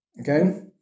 Okay